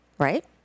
Right